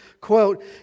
quote